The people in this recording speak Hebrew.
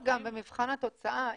גם במבחן התוצאה,